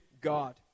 God